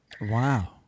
Wow